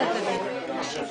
הישיבה ננעלה